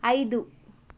ಐದು